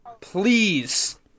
please